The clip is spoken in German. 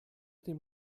dem